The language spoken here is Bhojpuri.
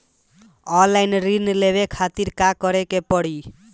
ऑनलाइन ऋण लेवे के खातिर का करे के पड़ी?